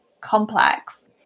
complex